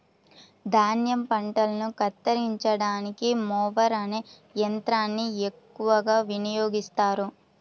ధాన్యం పంటలను కత్తిరించడానికి మొవర్ అనే యంత్రాన్ని ఎక్కువగా వినియోగిస్తారు